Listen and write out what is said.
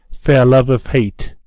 fair love of hate,